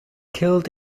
killed